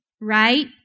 Right